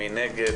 מי נגד?